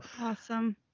awesome